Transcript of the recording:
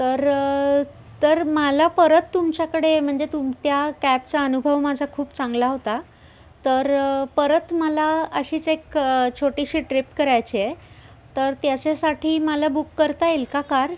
तर मला परत तुमच्याकडे म्हणजे तुम त्या कॅबचा अनुभव माझा खूप चांगला होता तर परत मला अशीच एक छोटीशी ट्रिप करायची आहे तर त्याच्यासाठी मला बुक करता येईल का कार